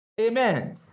amen